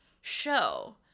show